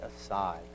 aside